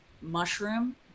mushroom